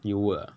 you would ah